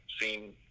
seen